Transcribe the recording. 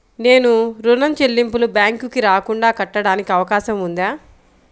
నేను ఋణం చెల్లింపులు బ్యాంకుకి రాకుండా కట్టడానికి అవకాశం ఉందా?